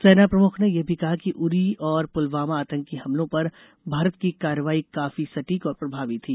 सेना प्रमुख ने यह भी कहा कि उरी और पुलवामा आतंकी हमलों पर भारत की कार्रवाई काफी संटीक और प्रभावी थी